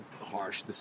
harsh